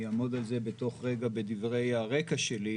אני אעמוד על זה בתוך רגע בדברי הרקע שלי,